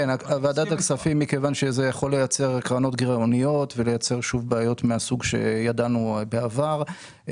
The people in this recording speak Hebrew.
זה יכול לייצר קרנות גירעוניות ולייצר בעיות מהסוג שידענו בעבר.